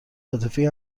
عاطفی